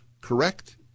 correct